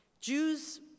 Jews